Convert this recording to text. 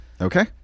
Okay